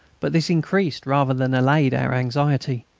but this increased rather than allayed our anxiety.